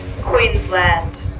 Queensland